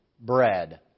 bread